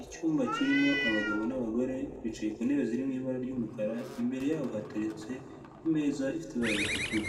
Icyumba kirimo abagabo n'abagore bicaye ku ntebe zirimo ibara ry'umukara, imbere yabo hateretse imeza ifite ibara ritukura,